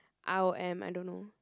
r_o_m I don't know